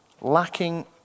lacking